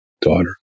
daughter